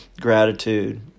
gratitude